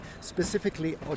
specifically